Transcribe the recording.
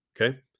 Okay